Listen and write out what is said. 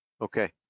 Okay